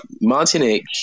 Martinique